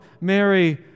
Mary